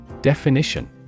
Definition